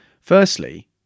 Firstly